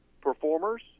performers